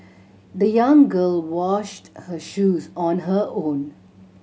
the young girl washed her shoes on her own